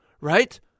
Right